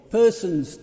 persons